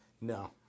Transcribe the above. No